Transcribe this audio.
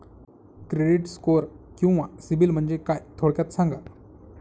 Credit score किंवा CIBIL म्हणजे काय? थोडक्यात सांगा